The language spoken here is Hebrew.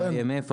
ה-IMF,